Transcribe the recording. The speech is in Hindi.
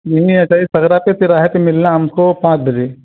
यहीं अचारी सगरा पर तिराहे पर मिलना हमको पाँच बजे